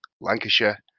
Lancashire